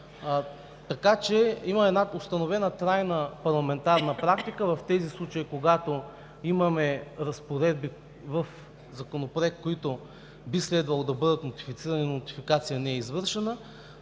Така че има една установена трайна парламентарна практика в случаите, когато имаме разпоредби в законопроект, които би следвало да бъдат нотифицирани, но нотификация не е извършена,